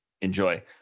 enjoy